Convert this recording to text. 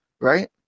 right